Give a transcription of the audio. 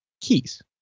keys